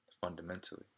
fundamentally